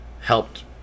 helped